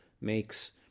makes